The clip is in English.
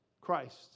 Christ